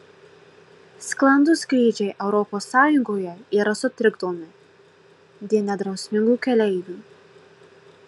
sklandūs skrydžiai europos sąjungoje yra sutrikdomi dėl nedrausmingų keleivių